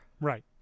Right